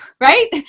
Right